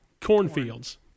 cornfields